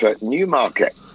Newmarket